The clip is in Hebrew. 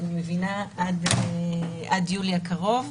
אני מבינה עד יולי הקרוב.